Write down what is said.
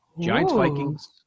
Giants-Vikings